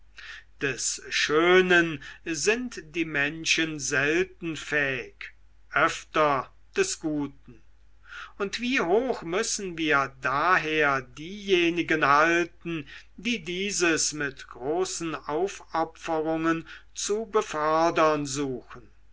des schönen sind die menschen selten fähig öfter des guten und wie hoch müssen wir daher diejenigen halten die dieses mit großen aufopferungen zu befördern suchen